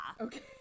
Okay